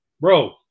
Bro